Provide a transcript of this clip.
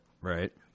Right